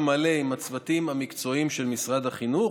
מלא עם הצוותים המקצועיים של משרד החינוך,